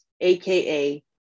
AKA